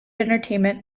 entertainment